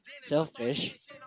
selfish